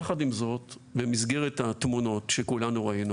יחד עם זאת, במסגרת התמונות שכולנו ראינו